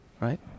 right